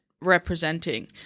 representing